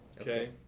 Okay